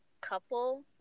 couple